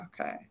Okay